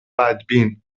بدبین